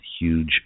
huge